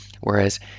whereas